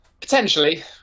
Potentially